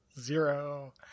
zero